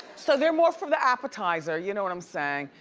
so they're more for the appetizer, you know what i'm sayin'?